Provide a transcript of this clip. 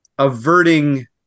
averting